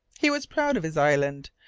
he was proud of his island,